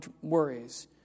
worries